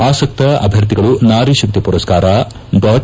ಆಸಕ್ತ ಅಭ್ವರ್ಥಿಗಳು ನಾರಿ ಶಕ್ತಿ ಮರಸ್ಥಾರ ಡಾಟ್